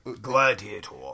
Gladiator